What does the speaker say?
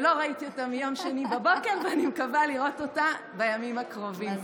שלא ראיתי אותה מיום שני בבוקר ואני מקווה לראות אותה בימים הקרובים.